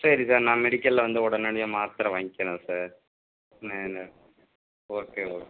சரி சார் நான் மெடிக்கலில் வந்து உடனடியாக மாத்திரை வாங்கிக்கிறேன் சார் ஓகே ஓகே